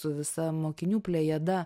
su visa mokinių plejada